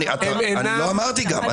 אני לא אמרתי גם.